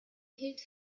hielt